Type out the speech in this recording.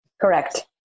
Correct